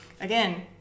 Again